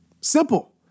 Simple